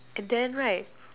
and then right